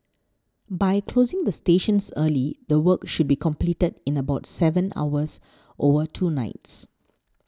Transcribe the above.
by closing the stations early the work should be completed in about seven hours over two nights